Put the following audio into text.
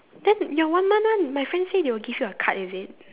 then your one month one my friend say they will give you a card is it